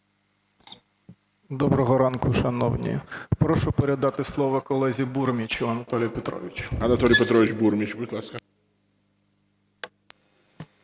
Доброго ранку, шановні. Прошу передати слово колезі Бурмічу Анатолію Петровичу. ГОЛОВУЮЧИЙ. Анатолій Петрович Бурміч, будь ласка.